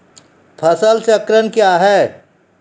फसल चक्रण कया हैं?